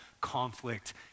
conflict